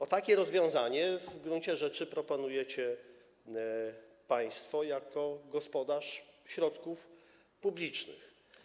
A takie rozwiązanie w gruncie rzeczy proponujecie państwo jako gospodarz środków publicznych.